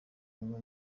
umwe